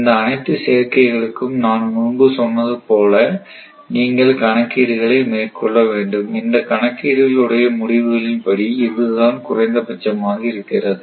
இந்த அனைத்து சேர்க்கைகளுக்கும் நான் முன்பு சொன்னது போல நீங்கள் கணக்கீடுகளை மேற்கொள்ள வேண்டும் இந்த கணக்கீடுகள் உடைய முடிவுகளின்படி இதுதான் குறைந்தபட்சமாக இருக்கிறது